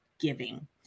giving